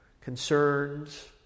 concerns